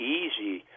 easy